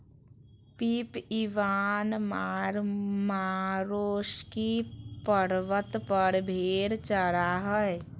Pip Ivan Marmaroskyi पर्वत पर भेड़ चरा हइ